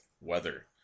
weather